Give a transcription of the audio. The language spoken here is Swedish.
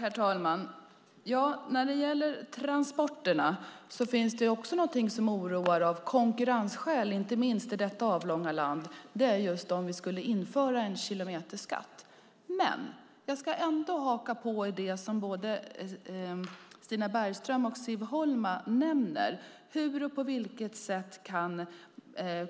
Herr talman! När det gäller transporterna finns det också någonting som oroar, inte minst av konkurrensskäl i detta avlånga land. Det är om vi skulle införa en kilometerskatt. Jag ska haka på det som Stina Bergström och Siv Holma nämner om hur och på vilket sätt